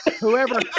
Whoever